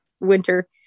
winter